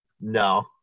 No